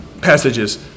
passages